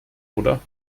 oder